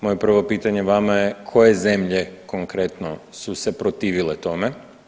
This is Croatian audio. Moje prvo pitanje vama je, koje zemlje konkretno su se protivile tome?